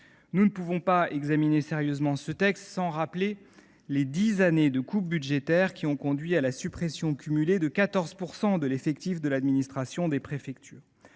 Nous ne pouvons pas sérieusement examiner cette mission sans rappeler les dix années de coupes budgétaires qui ont conduit à la suppression cumulée de 14 % des effectifs de l’administration des préfectures.